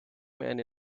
man